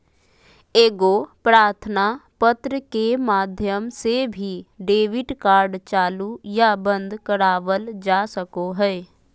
एगो प्रार्थना पत्र के माध्यम से भी डेबिट कार्ड चालू या बंद करवावल जा सको हय